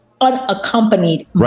unaccompanied